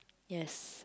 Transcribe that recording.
yes